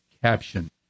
caption